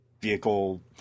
vehicle